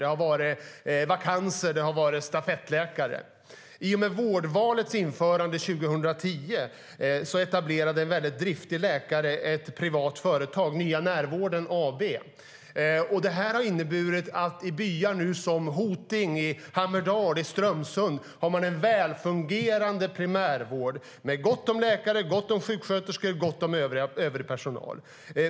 Det har varit vakanser och stafettläkare. I och med vårdvalets införande 2010 etablerade en driftig läkare det privata företaget Nya Närvården AB. Det har inneburit att byarna Hoting, Hammerdal och Strömsund nu har en väl fungerande primärvård med gott om läkare, sjuksköterskor och övrig personal.